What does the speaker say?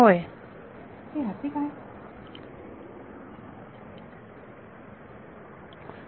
विद्यार्थी होय विद्यार्थी ह्याचे काय बरोबर